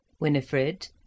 Winifred